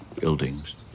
buildings